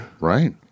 Right